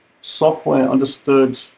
software-understood